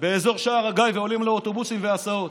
באזור שער הגיא ועולים לאוטובוסים ולהסעות.